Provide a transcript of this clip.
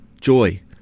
joy